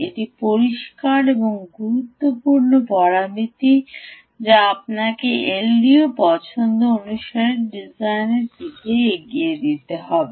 এটি পরিষ্কার এবং গুরুত্বপূর্ণ পরামিতি যা আপনাকে এলডিওর পছন্দ অনুসারে ডিজাইনের দিকে এগিয়ে যেতে হবে